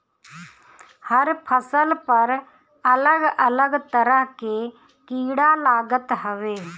हर फसल पर अलग अलग तरह के कीड़ा लागत हवे